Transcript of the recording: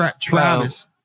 Travis